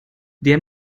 der